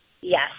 Yes